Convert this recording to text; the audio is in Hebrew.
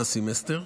את הסמסטר.